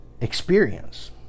experience